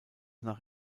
nach